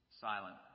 Silent